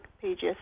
pages